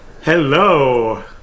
Hello